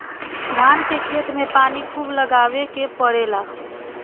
धान के खेत में पानी खुब लगावे के पड़ेला